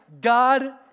God